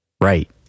Right